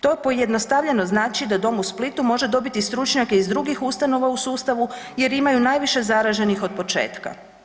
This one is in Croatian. To pojednostavljeno znači da dom u Splitu može dobiti stručnjake iz drugih ustanova u sustavu jer imaju najviše zaraženih otpočetka.